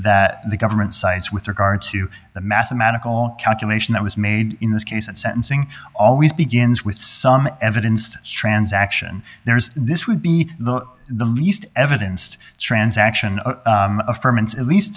that the government sides with regard to the mathematical calculation that was made in this case and sentencing always begins with some evidence transaction there's this would be the least evidence transaction of a firm and least